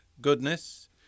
goodness